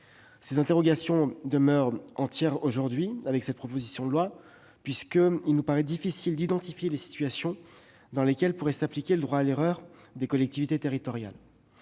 Ces interrogations demeurent entières aujourd'hui avec cette proposition de loi, puisqu'il apparaît difficile d'identifier les situations dans lesquelles pourrait s'appliquer le droit à l'erreur des collectivités territoriales.